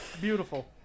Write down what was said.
beautiful